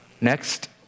next